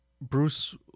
Bruce